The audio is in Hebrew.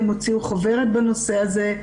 הם הוציאו חוברת בנושא הזה,